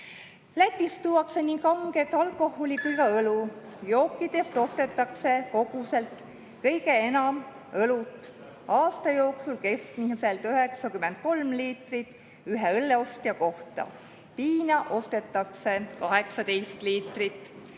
Lätist tuuakse nii kanget alkoholi kui ka õlut. Jookidest ostetakse koguselt kõige enam õlut, aasta jooksul keskmiselt 93 liitrit ühe õlleostja kohta. Viina ostetakse 18 liitrit